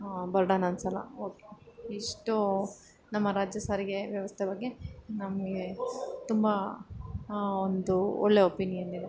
burden ಅನ್ನಿಸಲ್ಲ okay ಇಷ್ಟು ನಮ್ಮ ರಾಜ್ಯ ಸಾರಿಗೆ ವ್ಯವಸ್ಥೆ ಬಗ್ಗೆ ನಮಗೆ ತುಂಬ ಒಂದು ಒಳ್ಳೆ ಒಪಿನಿಯನ್ ಇದೆ